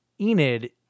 Enid